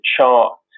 chart